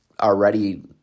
already